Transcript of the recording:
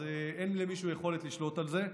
אז אין למישהו יכולת לשלוט על זה.